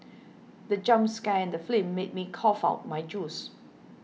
the jump scare in the film made me cough out my juice